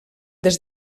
des